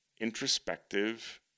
introspective